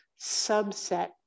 subset